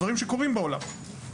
דברים שקורים בעולם,